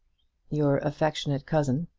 your affectionate cousin,